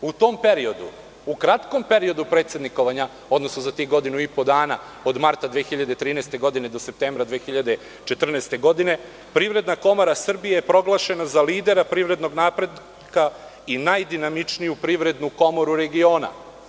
U tom periodu, u kratkom periodu predsednikovanja, odnosno za tih godinu i po dana, od marta 2013. godine do septembra 2014. godine, Privredna komora Srbije je proglašena za lidera privrednog napretka i najdinamičniju privrednu komoru regiona.